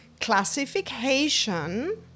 classification